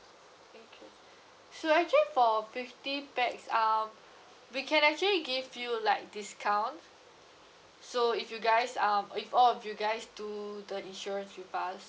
okay so actually for fifty pax um we can actually give you like discounts so if you guys um if all of you guys do the insurance with us